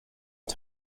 bad